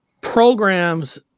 programs